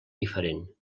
diferent